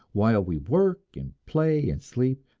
while we work and play and sleep,